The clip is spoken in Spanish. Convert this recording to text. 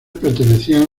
pertenecían